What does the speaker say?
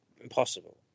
impossible